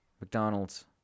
McDonald's